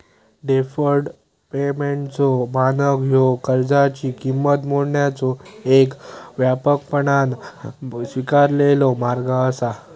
deferred पेमेंटचो मानक ह्यो कर्जाची किंमत मोजण्याचो येक व्यापकपणान स्वीकारलेलो मार्ग असा